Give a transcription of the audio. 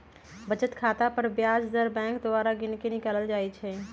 बचत खता पर ब्याज दर बैंक द्वारा गिनके निकालल जाइ छइ